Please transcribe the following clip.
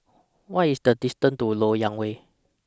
What IS The distance to Lok Yang Way